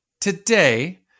today